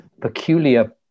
peculiar